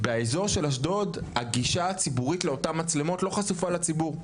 באזור של אשדוד הגישה הציבורית לאותן מצלמות לא חשופה לציבור,